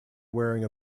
wearing